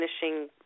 finishing